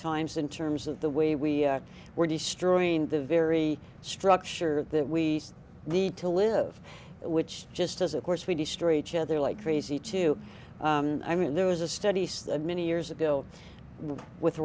times in terms of the way we were destroying the very structure that we need to live at which just as of course we destroy each other like crazy too i mean there was a study so many years ago with